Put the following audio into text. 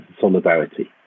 solidarity